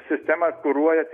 sistemą kuruoja